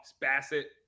bassett